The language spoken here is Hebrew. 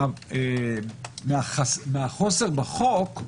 מחוסר בחוק,